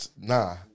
Nah